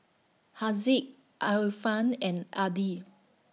Haziq Alfian and Adi